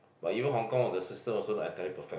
but even Hong-Kong oh the system also not entirely perfect